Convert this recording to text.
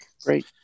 great